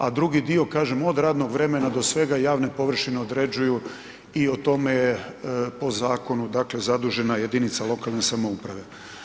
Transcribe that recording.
A drugi dio kažem od radnog vremena do svega javne površine određuju i o tome je po zakonu dakle zadužena jedinica lokalne samouprave.